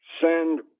send